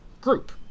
Group